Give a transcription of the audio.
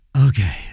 Okay